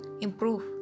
improve